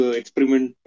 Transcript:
experiment